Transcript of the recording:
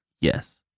Yes